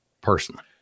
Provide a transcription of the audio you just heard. personally